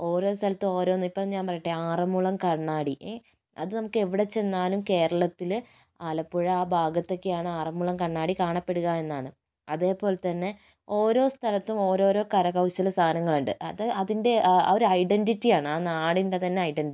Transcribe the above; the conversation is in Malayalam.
ഓരോ സ്ഥലത്തും ഓരോന്ന് ഇപ്പോൾ ഞാൻ പറയട്ടെ ആറന്മുള കണ്ണാടി അത് നമുക്ക് എവിടെ ചെന്നാലും കേരളത്തില് ആലപ്പുഴ ആ ഭാഗത്ത് ഒക്കെ ആണ് ആറന്മുള കണ്ണാടി കാണപ്പെടുക എന്നാണ് അതേപോലെ തന്നെ ഓരോ സ്ഥലത്തും ഓരോ ഓരോ കരകൗശല സാധനങ്ങൾ ഉണ്ട് അത് അതിൻ്റെ ഒരു ഐഡൻറിറ്റി ആണ് ആ നടിൻ്റെ തന്നെ ഐഡൻറിറ്റി